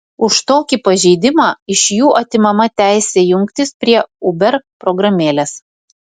už tokį pažeidimą iš jų atimama teisė jungtis prie uber programėlės